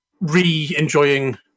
re-enjoying